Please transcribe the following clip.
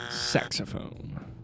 saxophone